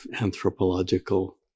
anthropological